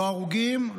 לא ההרוגים,